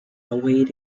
await